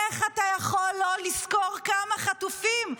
איך אתה יכול לא לזכור כמה חטופים?